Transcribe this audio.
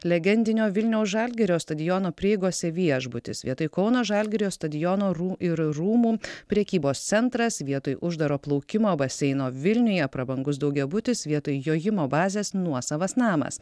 legendinio vilniaus žalgirio stadiono prieigose viešbutis vietoj kauno žalgirio stadiono rū ir rūmų prekybos centras vietoj uždaro plaukimo baseino vilniuje prabangus daugiabutis vietoj jojimo bazės nuosavas namas